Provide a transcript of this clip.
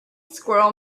squirrel